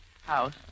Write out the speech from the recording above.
house